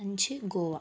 അഞ്ച് ഗോവ